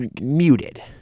muted